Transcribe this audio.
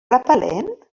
repel·lent